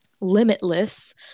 limitless